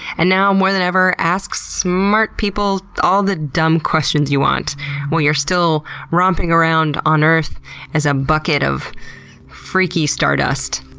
and now more than ever, ask smart people all the dumb questions you want while you're still romping around on earth as a bucket of freaky stardust.